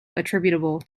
attributable